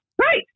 right